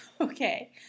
Okay